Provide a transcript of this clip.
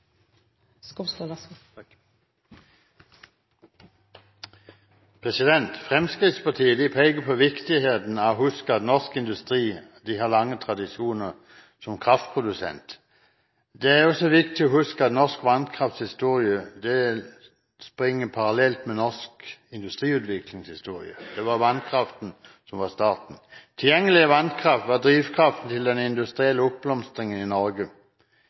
også viktig å huske at norsk vannkrafts historie løper parallelt med norsk industriutviklings historie. Det var vannkraften som var staten. Tilgjengelig vannkraft var drivkraften til den industrielle oppblomstringen i Norge.